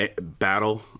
battle